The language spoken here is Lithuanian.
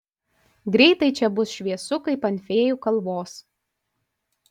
greitai čia bus šviesu kaip ant fėjų kalvos